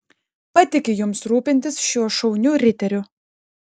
patikiu jums rūpintis šiuo šauniu riteriu